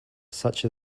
such